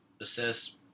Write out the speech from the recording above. assists